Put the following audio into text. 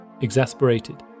Exasperated